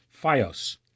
Fios